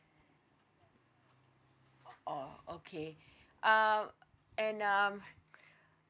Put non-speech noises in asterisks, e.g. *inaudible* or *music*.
oh okay um and um *breath*